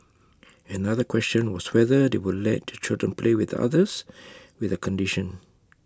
another question was whether they would let children play with others with the condition